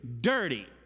Dirty